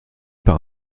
par